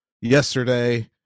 yesterday